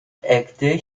ekde